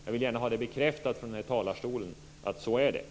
Jag vill gärna ha bekräftat från denna talarstol att det är så.